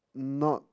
not